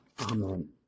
Amen